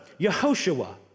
Yehoshua